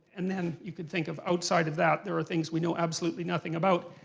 and then you can think of outside of that there are things we know absolutely nothing about.